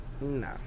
no